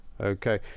Okay